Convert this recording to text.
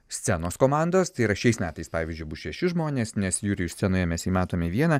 scenos komandos tai yra šiais metais pavyzdžiui bus šeši žmonės nes jurijų scenoje mes jį matome vieną